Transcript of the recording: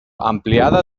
ampliada